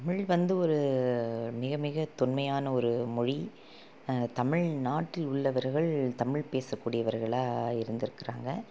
தமிழ் வந்து ஒரு மிக மிக தொன்மையான ஒரு மொழி தமிழ்நாட்டில் உள்ளவர்கள் தமிழ் பேசக்கூடியவர்களாக இருந்திருக்கறாங்க